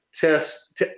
test